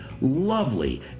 lovely